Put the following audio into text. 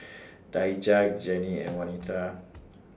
Daija Gennie and Wanita